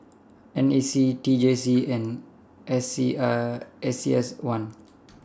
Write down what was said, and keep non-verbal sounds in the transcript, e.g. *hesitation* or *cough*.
N A C T J C and S C *hesitation* S C S one